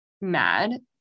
mad